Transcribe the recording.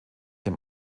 dem